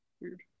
weird